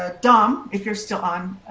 ah dom if you are still on,